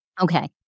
Okay